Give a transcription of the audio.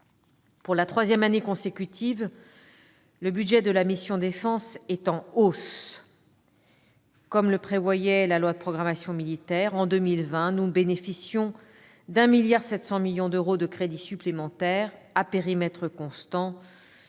Pour la troisième année consécutive, le budget de la mission « Défense » est en hausse. Comme le prévoyait la loi précitée, en 2020, nous bénéficierons de 1,7 milliard d'euros de crédits supplémentaires à périmètre constant,